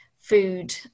food